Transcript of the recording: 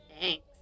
Thanks